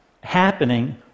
happening